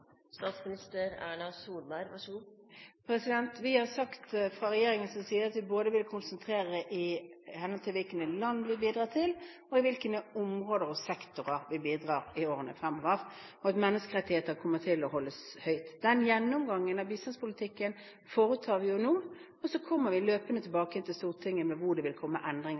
Vi har sagt fra regjeringens side at vi vil konsentrere det i henhold til både hvilke land vi bidrar til, og i hvilke områder og sektorer vi bidrar i årene fremover, og at menneskerettigheter kommer til å holdes høyt. Den gjennomgangen av bistandspolitikken foretar vi nå, og så kommer vi løpende tilbake igjen til Stortinget med hvor det vil komme endringer.